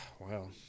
Wow